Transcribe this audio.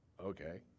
okay